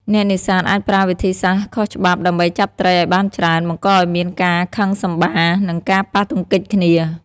អ្នកនេសាទអាចប្រើវិធីសាស្រ្តខុសច្បាប់ដើម្បីចាប់ត្រីឱ្យបានច្រើន បង្កឱ្យមានការខឹងសម្បារ និងការប៉ះទង្គិចគ្នា។